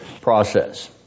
process